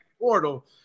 Portal